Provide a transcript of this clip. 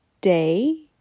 day